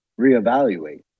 reevaluate